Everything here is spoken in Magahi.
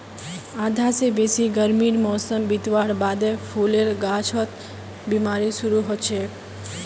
आधा स बेसी गर्मीर मौसम बितवार बादे फूलेर गाछत बिमारी शुरू हैं जाछेक